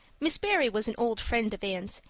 miss barry was an old friend of anne's,